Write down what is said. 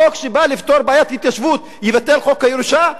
חוק שבא לפתור בעיית התיישבות יבטל את חוק הירושה?